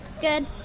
good